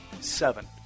seven